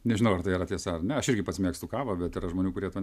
nežinau ar tai yra tiesa ar ne aš irgi pats mėgstu kavą bet yra žmonių kurie to